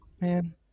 Man